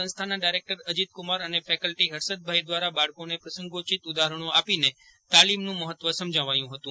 સંસ્થાના ડાયરેક્ટર અજિતકુમાર અને ફેકલ્ટી હર્ષદભાઇ દ્વારા બાળકોને પ્રસંગોચિત ઉદાહરણો આપીને તાલીમનું મહત્ત્વ સમજાવાયું હતું